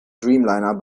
dreamliner